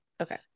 okay